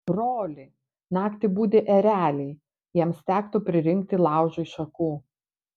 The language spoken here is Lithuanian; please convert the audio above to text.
broli naktį budi ereliai jiems tektų pririnkti laužui šakų